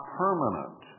permanent